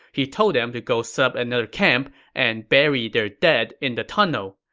he told them to go set up another camp and bury their dead in the tunnel.